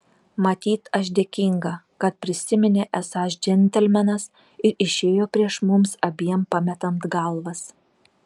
matyt aš dėkinga kad prisiminė esąs džentelmenas ir išėjo prieš mums abiem pametant galvas